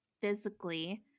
physically